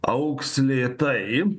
augs lėtai